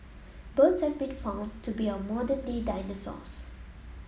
birds have been found to be our modern day dinosaurs